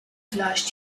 flash